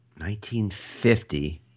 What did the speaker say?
1950